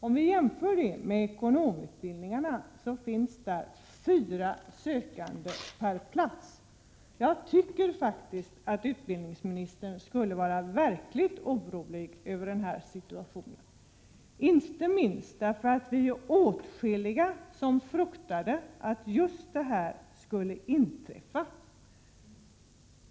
Vi kan jämföra med ekonomutbildningarna, där det finns fyra sökande per plats. Jag tycker att utbildningsministern skulle vara verkligt orolig över situationen, inte minst därför att vi är åtskilliga som fruktade att just detta skulle inträffa.